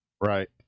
right